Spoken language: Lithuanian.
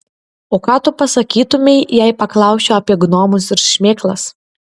o ką tu pasakytumei jei paklausčiau apie gnomus ir šmėklas